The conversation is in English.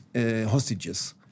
hostages